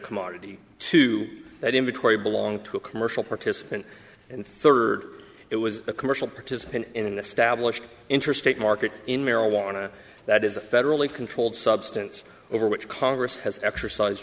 commodity to that in between belong to a commercial participant and third it was a commercial participant in an established interstate market in marijuana that is a federally controlled substance over which congress has exercise